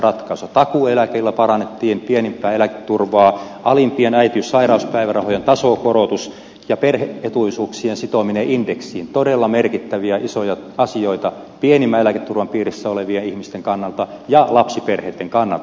takuueläkkeellä parannettiin pienintä eläketurvaa toteutettiin alimpien äitiys ja sairauspäivärahojen tasokorotus ja perhe etuisuuksien sitominen indeksiin todella merkittäviä isoja asioita pienimmän eläketurvan piirissä olevien ihmisten kannalta ja lapsiperheitten kannalta